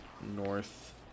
north